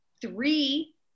three